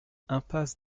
impasse